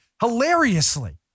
hilariously